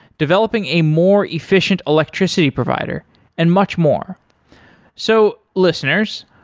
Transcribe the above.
developing a more efficient electricity provider and much more so listeners,